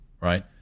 right